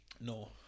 No